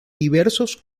diversos